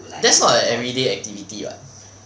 that's not an everyday activity [what]